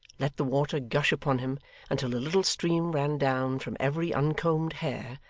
let the water gush upon him until a little stream ran down from every uncombed hair,